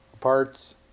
parts